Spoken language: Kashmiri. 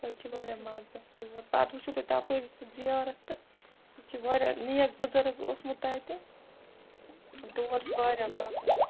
تَتہِ چھِ واریاہ مَزٕ تور پَتہٕ وٕچھُو تُہۍ تَپٲری سُہ زیارَت تہٕ سُہ چھُ واریاہ نیک بُزَرٕگ اوسمُت تَتہِ تور چھِ واریاہ واتان